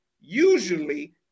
usually